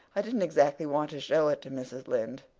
i didn't exactly want to show it to mrs. lynde.